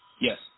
Yes